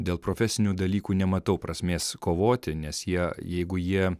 dėl profesinių dalykų nematau prasmės kovoti nes jie jeigu jie